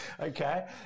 Okay